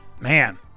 man